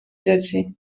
dzieci